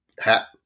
hat